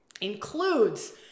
includes